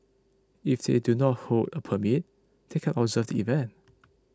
if they do not hold a permit they can observe the event